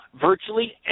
Virtually